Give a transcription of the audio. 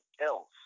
Else